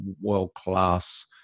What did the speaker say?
world-class